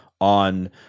on